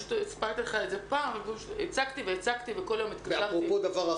סיפרתי לך את זה פעם: הצקתי והצקתי ובכל יום התקשרתי.